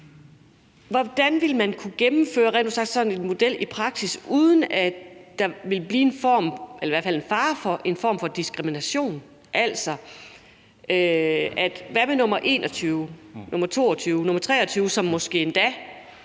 hvordan ville man rent ud sagt kunne gennemføre sådan en model i praksis, uden at der ville blive en form for diskrimination eller i hvert fald være fare for en form for diskrimination? Altså, hvad med nr. 21, nr. 22, nr. 23, som måske endda